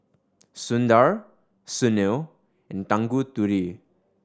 Sundar Sunil and Tanguturi